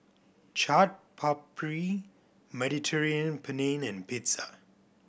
Chaat Papri Mediterranean Penne and Pizza